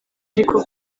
ariko